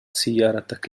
سيارتك